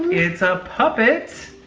it's a puppet.